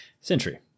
Century